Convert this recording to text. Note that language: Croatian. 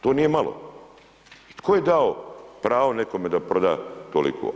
To nije malo i tko je dao pravo nekome da proda toliko?